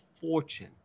fortune